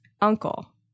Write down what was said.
uncle